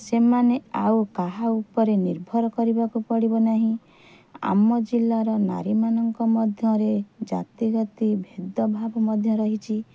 ସେମାନେ ଆଉ କାହା ଉପରେ ନିର୍ଭର କରିବାକୁ ପଡ଼ିବ ନାହିଁ ଆମର ଜିଲ୍ଲାର ନାରୀମାନଙ୍କ ମଧ୍ୟରେ ଜାତି ଗତି ଭେଦଭାବ ମଧ୍ୟ ରହିଛି